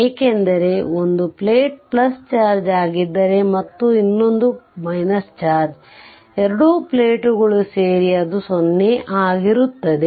ಏಕೆಂದರೆ ಒಂದು plate charge ಆಗಿದ್ದರೆ ಮತ್ತು ಇನ್ನೊಂದು ಚಾರ್ಜ್ ಎರಡು ಪ್ಲೇಟ್ಗಳು ಸೇರಿ ಅದು 0 ಆಗಿರುತ್ತದೆ